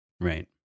Right